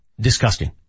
disgusting